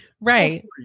right